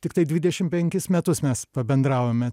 tiktai dvidešim penkis metus mes pabendravome